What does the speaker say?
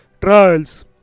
trials